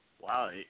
Wow